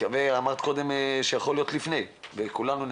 חלק מהסכום הלך לטובת תרופה אחת שנכנסה